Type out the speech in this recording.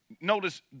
Notice